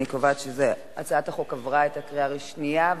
אני קובעת שהצעת החוק עברה בקריאה השנייה.